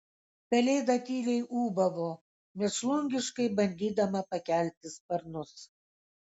pelėda tyliai ūbavo mėšlungiškai bandydama pakelti sparnus